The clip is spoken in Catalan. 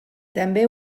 també